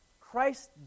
Christ